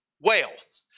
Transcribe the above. wealth